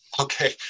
Okay